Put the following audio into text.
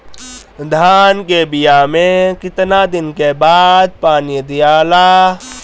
धान के बिया मे कितना दिन के बाद पानी दियाला?